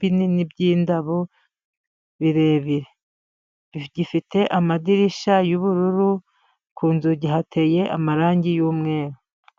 binini by'indabo birebire, gifite amadirishya y'ubururu, ku nzugi hateye amarangi y'umweru.